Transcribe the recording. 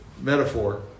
metaphor